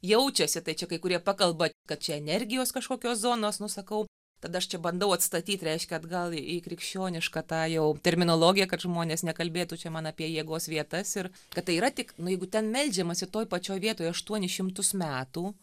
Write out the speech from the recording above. jaučiasi tai čia kai kurie pakalba kad čia energijos kažkokios zonos nu sakau tada aš čia bandau atstatyt reiškia atgal į krikščionišką tą jau terminologiją kad žmonės nekalbėtų čia man apie jėgos vietas ir kad tai yra tik nu jeigu ten meldžiamasi toj pačioj vietoj aštuonis šimtus metų